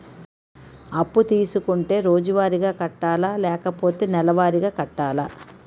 అప్పు తీసుకుంటే రోజువారిగా కట్టాలా? లేకపోతే నెలవారీగా కట్టాలా?